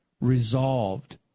Resolved